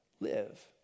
live